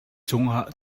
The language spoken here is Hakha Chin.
cungah